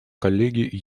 коллеги